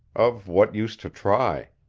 of what use to try?